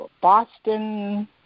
Boston